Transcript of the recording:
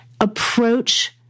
approach